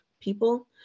people